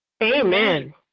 Amen